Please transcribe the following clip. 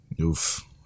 oof